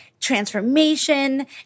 transformation